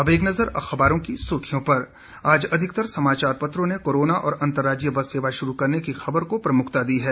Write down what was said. अब एक नज़र अखबारों की सुर्खियों पर आज अधिकतर समाचार पत्रों ने कोरोना और अंतराज्यीय बस सेवा शुरू करने की खबर को प्रमुखता दी है